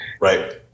right